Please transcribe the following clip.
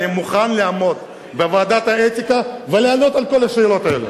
אני מוכן לעמוד בוועדת האתיקה ולענות על כל השאלות האלה.